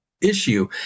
issue